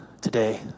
today